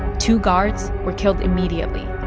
two guards were killed immediately.